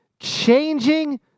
Changing